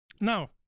Now